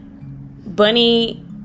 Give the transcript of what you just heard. bunny